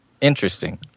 Interesting